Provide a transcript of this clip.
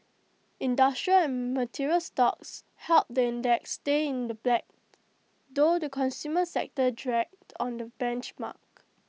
industrial and material stocks helped the index stay in the black though the consumer sector dragged on the benchmark